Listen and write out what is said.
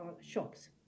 shops